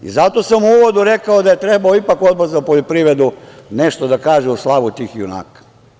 Zato sam u uvodu rekao da je trebao ipak Odbor za poljoprivredu nešto da kaže u slavu tih junaka.